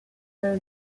there